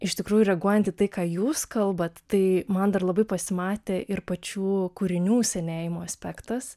iš tikrųjų reaguojant į tai ką jūs kalbate tai man dar labai pasimatė ir pačių kūrinių senėjimo aspektas